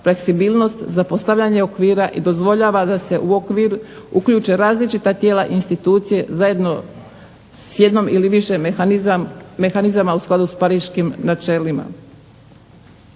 fleksibilnost za postavljanje okvira i dozvoljava da se u okvir uključe različita tijela institucije zajedno s jednom ili više mehanizama u skladu s pariškim načelima.